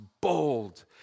bold